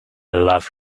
love